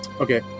Okay